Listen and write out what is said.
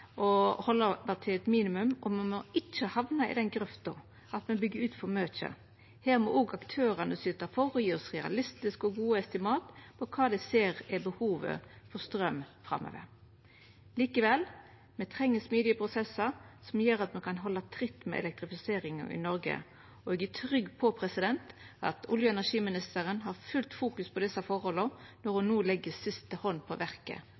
halda det til eit minimum, og me må ikkje hamna i den grøfta at me byggjer ut for mykje. Her må òg aktørane syta for å gje oss realistiske og gode estimat på kva dei ser er behovet for straum framover. Me treng likevel smidige prosessar som gjer at me kan halda tritt med elektrifiseringa av Noreg, og eg er trygg på at olje- og energiministeren har fullt fokus på desse forholda når ho no legg siste hand på